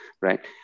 right